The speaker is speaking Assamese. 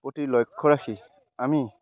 প্ৰতি লক্ষ্য ৰাখি আমি